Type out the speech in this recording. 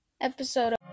Episode